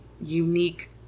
unique